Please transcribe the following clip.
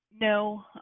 no